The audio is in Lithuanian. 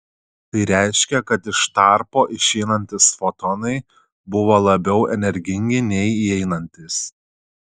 tai reiškia kad iš tarpo išeinantys fotonai buvo labiau energingi nei įeinantys